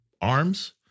arms